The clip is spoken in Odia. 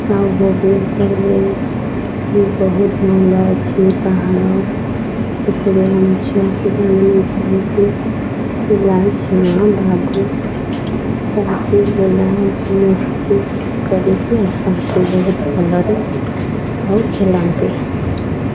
ଆଉ ଭୁବନେଶ୍ୱରରେ ବି ବହୁତ ଭଲ ଅଛି ପାହାଡ଼ ଏଥିରେ ଆମେ ଛୁଆପିଲାମାନେ ଯାଇକି ପିଲା ଛୁଆ ମସ୍ତି କରିକି ଆସନ୍ତି ବହୁତ ଭଲରେ ଆଉ ଖେଲନ୍ତି